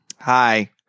Hi